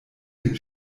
den